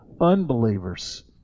unbelievers